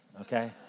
okay